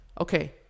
Okay